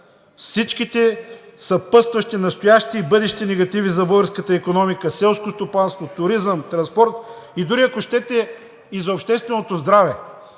Всичките съпътстващи, настоящи и бъдещи негативи за българската икономика – селско стопанство, туризъм, транспорт и дори, ако щете и за общественото здраве,